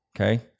okay